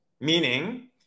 meaning